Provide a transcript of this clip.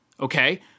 okay